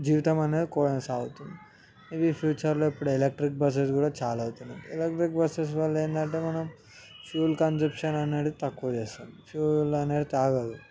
జీవితం అనేది కొనసాగుతుంది ఇవి ఫ్యూచర్లో ఇప్పుడు ఎలక్ట్రిక్ బస్సెస్ కూడా చాలా వచ్చినాయి ఎలక్ట్రిక్ బస్సెస్ వల్లేంటంటే మనం ఫ్యూయల్ కంసప్సన్ అనేటిది తక్కువ చేస్తాం ఫ్యూయల్ అనేది ఆగదు